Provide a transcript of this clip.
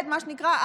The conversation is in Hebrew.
מה שנקרא,